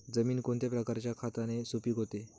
जमीन कोणत्या प्रकारच्या खताने सुपिक होते?